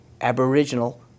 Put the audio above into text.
aboriginal